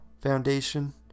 Foundation